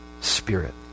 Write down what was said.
spirit